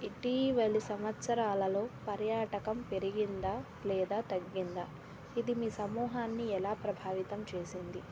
ఇటీవల సంవత్సరాలలో పర్యాటకం పెరిగిందా లేదా తగ్గిందా ఇది మీ సమూహాన్ని ఎలా ప్రభావితం చేసింది